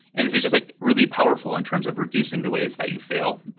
and this is just like really powerful in terms of reducing the ways that you fail.